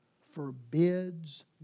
forbids